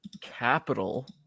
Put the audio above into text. capital